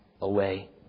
away